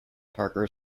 parker